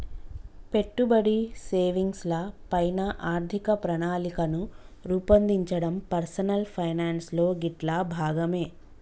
పెట్టుబడి, సేవింగ్స్ ల పైన ఆర్థిక ప్రణాళికను రూపొందించడం పర్సనల్ ఫైనాన్స్ లో గిట్లా భాగమే